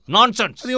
Nonsense